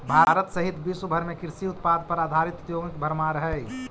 भारत सहित विश्व भर में कृषि उत्पाद पर आधारित उद्योगों की भरमार हई